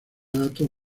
datos